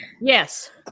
yes